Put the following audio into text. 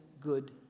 good